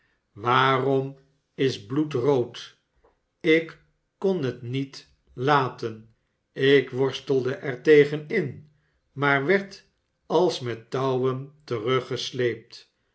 waarom is bloed rood ik kon het niet laten ik worstelde er tegen in maar werd als met touwen